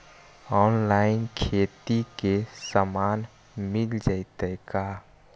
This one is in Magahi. औनलाइन खेती के सामान मिल जैतै का?